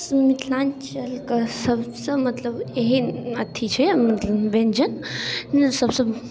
मिथिलाञ्चलके सबसँ मतलब एहन अथी छै मतलब व्यञ्जन जे सबसँ